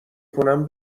کنم